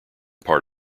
part